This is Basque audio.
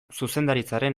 zuzendaritzaren